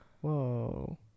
Whoa